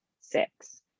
six